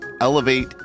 Elevate